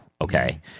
Okay